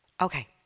Okay